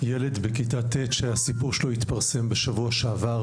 ילד בכיתה ט' שהסיפור שלו התפרסם בשבוע שעבר,